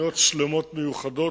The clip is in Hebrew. תוכניות שלמות מיוחדות,